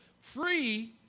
free